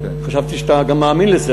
חשבתי שאתה גם מאמין בזה.